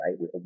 right